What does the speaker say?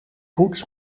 poets